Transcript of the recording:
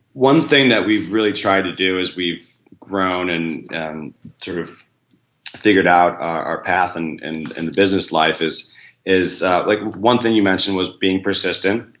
one thing that we've really tried to do as we've grown and and sort of figured out our path and in in the business life is is like one thing you mentioned was being persistent,